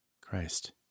Christ